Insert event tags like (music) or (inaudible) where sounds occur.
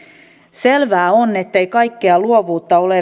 selvää on ettei kaikkea luovuutta ole (unintelligible)